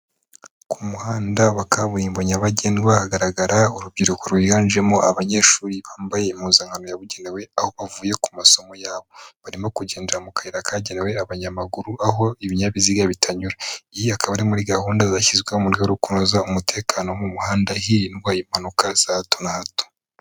Ku muhanda wa kaburimbo nyabagendwa, hagaragara urubyiruko rwiganjemo abanyeshuri bambaye impuzankano yabugenewe aho bavuye ku masomo yabo, barimo kugendera mu kayira kagenewe abanyamaguru, aho ibinyabiziga bitanyura, iyi akaba ari muri gahunda zashyizwe mu rwe rwo kunoza umutekano wo mu muhanda, hirindwa impanuka za hato na hato.